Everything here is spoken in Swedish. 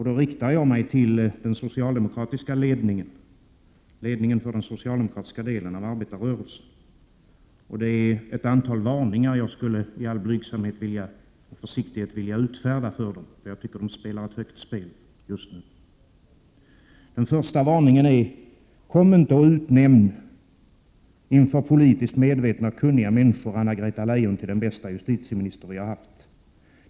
Då riktar jag mig till ledarna för den socialdemokratiska delen av arbetarrörelsen, och det är ett antal varningar jag skulle i all blygsamhet vilja utfärda, för jag tycker att den socialdemokratiska ledningen spelar ett högt spel just nu. Den första varningen är: Kom inte och utnämn, inför politiskt medvetna och kunniga människor, Anna-Greta Leijon till den bästa justitieminister vi har haft!